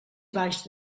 baix